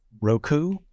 Roku